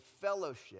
fellowship